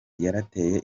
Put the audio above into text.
yarateye